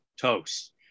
toast